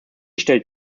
stellt